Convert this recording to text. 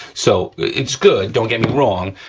so, it's good don't get me wrong,